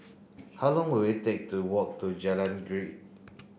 how long will it take to walk to Jalan